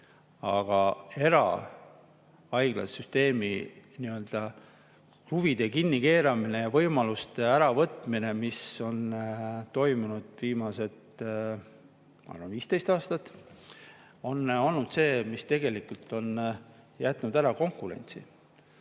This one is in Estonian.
Aga erahaiglasüsteemi huvide kinnikeeramine ja võimaluste äravõtmine, mis on toimunud viimased, ma arvan, 15 aastat, on olnud see, mis tegelikult on jätnud ära konkurentsi.